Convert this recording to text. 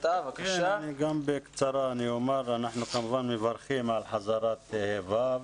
אנחנו כמובן מברכים על חזרת כיתות ו',